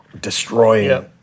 destroying